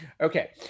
okay